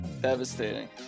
Devastating